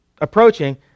approaching